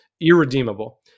irredeemable